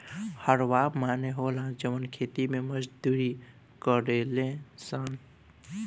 हरवाह माने होला जवन खेती मे मजदूरी करेले सन